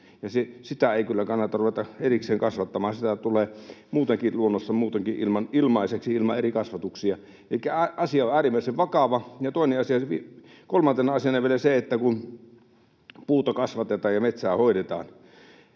sitä ei kyllä kannata ruveta erikseen kasvattamaan. Sitä tulee muutenkin luonnossa, muutenkin ilmaiseksi ilman eri kasvatuksia. Elikkä asia on äärimmäisen vakava. Ja kolmantena asiana vielä se, että kun puuta kasvatetaan ja metsää hoidetaan,